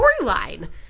storyline